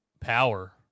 power